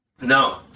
No